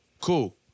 Cool